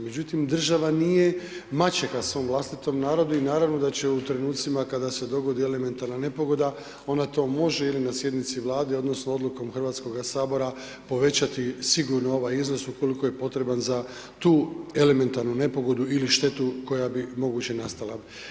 Međutim, država nije maćeha svom vlastitom narodu i naravno da će u trenucima kada se dogodi elementarna nepogoda, ona to može ili na sjednici Vlade odnosno odlukom HS-a povećati sigurno ovaj iznos ukoliko je potreban za tu elementarnu nepogodu ili štetu koja bi moguće nastala.